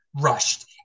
rushed